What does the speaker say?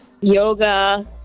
yoga